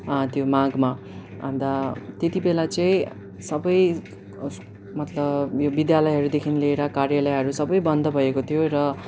त्यो मागमा अन्त त्यतिबेला चाहिँ सबै मतलब यो विद्यालयहरूदेखि लिएर कार्यालयहरू सबै बन्द भएको थियो र